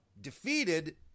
defeated